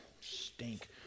stink